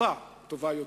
טיפה טובה יותר.